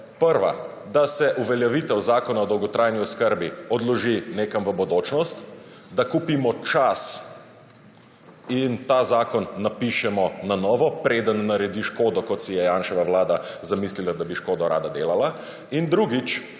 prva, da se uveljavitev zakona o dolgotrajni oskrbi odloži nekam v bodočnost, da kupimo čas in ta zakon napišemo na novo, preden naredi škodo, kot si je Janševa vlada zamislila, da bi škodo rada delala, in, druga,